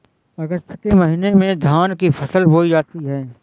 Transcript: अगस्त के महीने में धान की फसल बोई जाती हैं